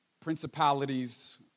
principalities